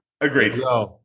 Agreed